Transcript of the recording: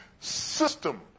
System